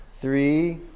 Three